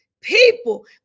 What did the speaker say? people